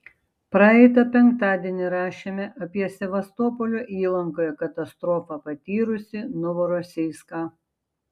praeitą penktadienį rašėme apie sevastopolio įlankoje katastrofą patyrusį novorosijską